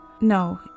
No